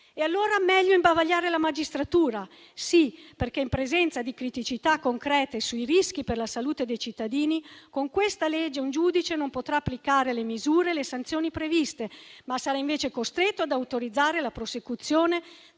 Allora meglio imbavagliare la magistratura. Sì, perché in presenza di criticità concrete sui rischi per la salute dei cittadini, con questa legge un giudice non potrà applicare le misure e le sanzioni previste, ma sarà invece costretto ad autorizzare la prosecuzione